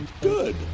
Good